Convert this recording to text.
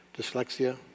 dyslexia